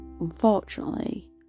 unfortunately